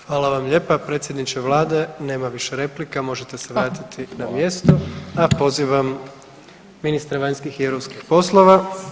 Hvala vam lijepa, predsjedniče vlade nema više replika možete se vratiti [[Upadica: Hvala.]] na mjesto, a pozivam ministra vanjskih i europskih poslova.